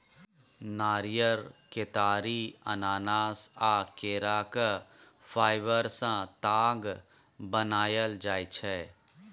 नारियर, केतारी, अनानास आ केराक फाइबर सँ ताग बनाएल जाइ छै